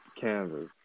canvas